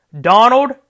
Donald